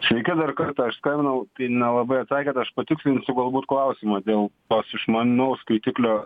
sveiki dar kartą aš skambinau tai nelabai atsakėt aš patikslinsiu galbūt klausimą dėl tos išmanaus skaitiklio